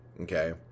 okay